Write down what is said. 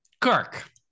kirk